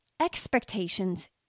expectations